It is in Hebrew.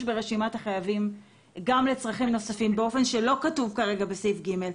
ברשימת החייבים גם לצרכים נוספים באופן שלא כתוב כרגע בסעיף (ג),